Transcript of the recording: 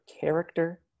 character